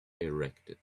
erected